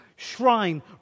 Shrine